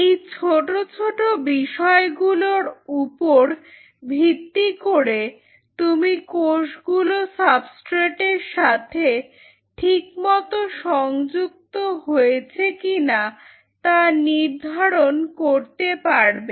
এই ছোট ছোট বিষয়গুলোর ওপর ভিত্তি করে তুমি কোষগুলো সাবস্ট্রেট এর সাথে ঠিকমত সংযুক্ত হয়েছে কিনা তা নির্ধারণ করতে পারবে